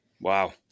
Wow